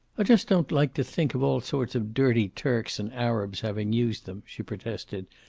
i just don't like to think of all sorts of dirty turks and arabs having used them, she protested.